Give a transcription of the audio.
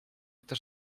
też